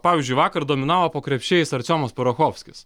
pavyzdžiui vakar dominavo po krepšiais arciomas parochovskis